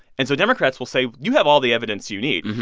and so democrats will say you have all the evidence you need.